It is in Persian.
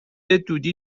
دودی